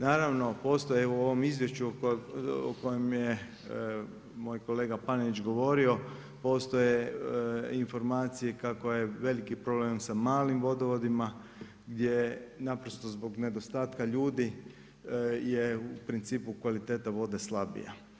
Naravno postoje evo u ovom izvješću o kojem je moj kolega Panenić govorio, postoje informacije kako je veliki problem sa malim vodovodima gdje naprosto zbog nedostatka ljudi je u principu kvaliteta vode slabija.